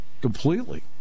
Completely